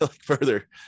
further